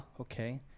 Okay